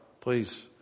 please